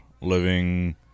living